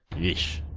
yeesh.